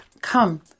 Come